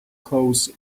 clothes